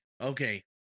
Okay